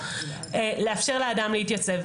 לאפשר לאדם להתייצב,